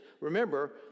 remember